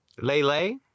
Lele